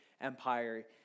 empire